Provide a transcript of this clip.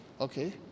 okay